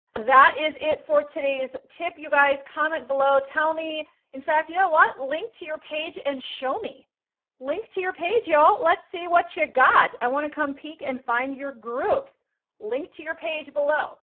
that is it for today's tip. you guys comment below, tell me in fact, you know what? link to your page and show me link to your page y'all. let's see what you got! i want to come peek and find your groups linked to your page below.